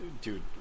Dude